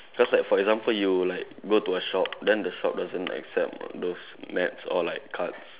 just like for example you like go to a shop then the shop doesn't accept those nets or like cards